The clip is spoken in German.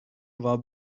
war